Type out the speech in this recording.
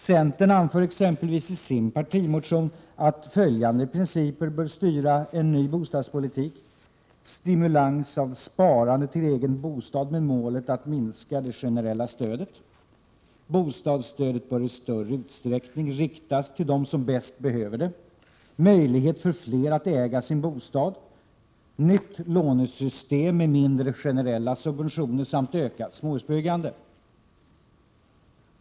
Centern anför exempelvis i sin partimotion att följande principer bör styra en ny bostadspolitik: Bostadsstödet bör i större utsträckning riktas till dem som bäst behöver det.